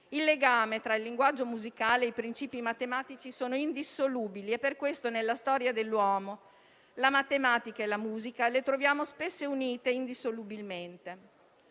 I legami tra il linguaggio musicale e i princìpi matematici sono indissolubili. Per questo, nella storia dell'uomo, la matematica e la musica le troviamo spesso unite indissolubilmente.